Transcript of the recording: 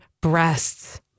breasts